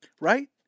Right